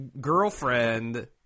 girlfriend